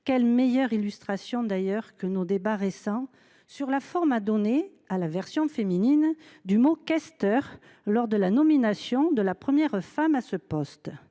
Quelle meilleure illustration que nos débats récents sur la forme à donner à la version féminine du mot « questeur » lors de la nomination de la première femme à ce poste